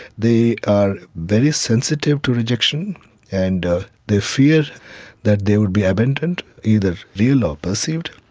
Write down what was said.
they are very sensitive to rejection and ah they fear that they will be abandoned, either real or perceived.